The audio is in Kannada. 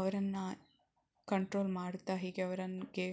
ಅವರನ್ನು ಕಂಟ್ರೋಲ್ ಮಾಡ್ತಾ ಹೀಗೆ ಅವರಿಗೆ